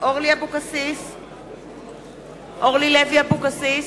אורלי לוי אבקסיס,